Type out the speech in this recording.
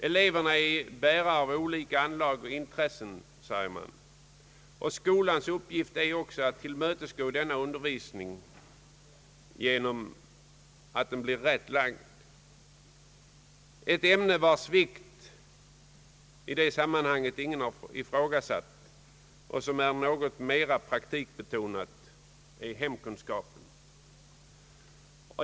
Eleverna är bärare av olika anlag och intressen, har det sagts, och skolans uppgift är också att tillmötesgå detta genom en riktig uppläggning av undervisningen. Ett ämne vars vikt ingen har ifrågasatt och som är något mera praktikbetonat är hemkunskapen.